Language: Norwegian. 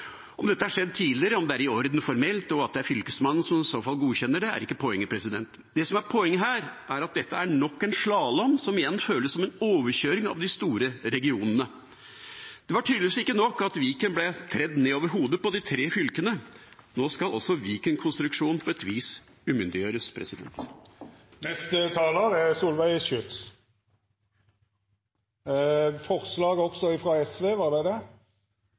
Om dette har skjedd tidligere, om det er i orden formelt, og at det er Fylkesmannen som i så fall godkjenner det, er ikke poenget. Det som er poenget her, er at dette er nok en slalåm, som igjen føles som en overkjøring av de store regionene. Det var tydeligvis ikke nok at Viken ble tredd ned over hodet på de tre fylkene; nå skal også Viken-konstruksjonen på et vis umyndiggjøres.